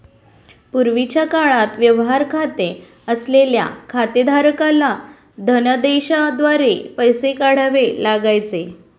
पूर्वीच्या काळात व्यवहार खाते असलेल्या खातेधारकाला धनदेशाद्वारे पैसे काढावे लागायचे